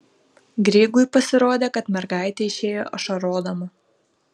grygui pasirodė kad mergaitė išėjo ašarodama